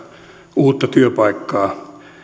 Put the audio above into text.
uutta työpaikkaa